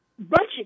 Budget